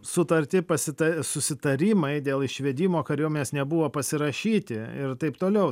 sutartį pasita susitarimai dėl išvedimo kariuomenės nebuvo pasirašyti ir taip toliau